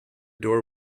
door